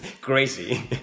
crazy